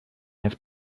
have